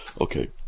Okay